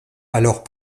alors